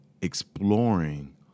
exploring